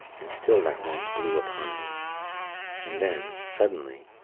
and still that wind blew upon me and then, suddenly,